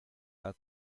are